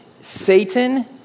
Satan